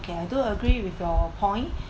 okay I do agree with your point